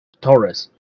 Taurus